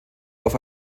auf